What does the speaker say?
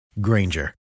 Granger